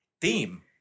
theme